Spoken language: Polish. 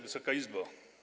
Wysoka Izbo!